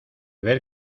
ver